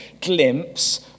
glimpse